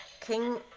King